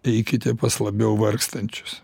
eikite pas labiau vargstančius